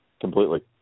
completely